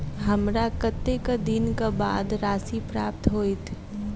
हमरा कत्तेक दिनक बाद राशि प्राप्त होइत?